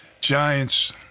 Giants